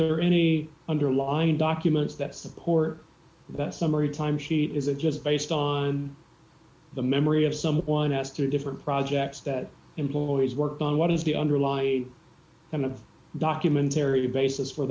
there any underlying documents that support that summary time she isn't just based on the memory of someone else two different projects that employees work on what is the underlying kind of documentarian basis for